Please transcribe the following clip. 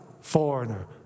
foreigner